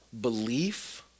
belief